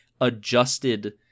adjusted